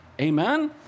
Amen